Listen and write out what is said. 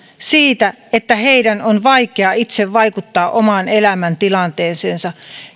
siitä että heidän on vaikea itse vaikuttaa omaan elämäntilanteeseensa